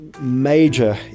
major